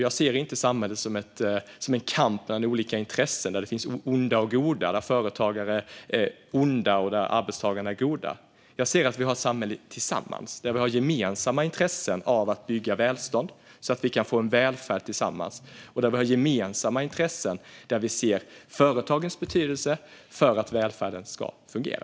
Jag ser inte samhället som en kamp mellan olika intressen där det finns onda och goda och där företagare är onda och arbetstagarna är goda. Jag ser det som att vi har ett samhälle tillsammans, där vi har gemensamma intressen av att bygga välstånd så att vi kan få en välfärd tillsammans och där vi ser företagens betydelse för att välfärden ska fungera.